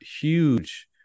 huge